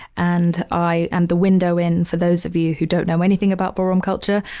and i and the window in for those of you who don't know anything about ballroom culture,